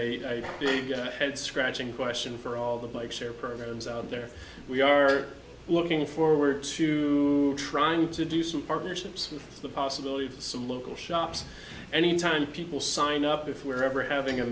a head scratching question for all the bike share program is out there we are looking forward to trying to do some partnerships with the possibility of some local shops any time people sign up if we're ever having a